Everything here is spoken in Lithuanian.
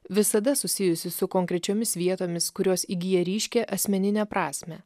visada susijusi su konkrečiomis vietomis kurios įgyja ryškią asmeninę prasmę